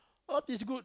earth is good